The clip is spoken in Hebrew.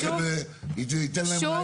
תכף ייתן להם רעיון.